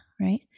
right